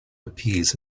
appease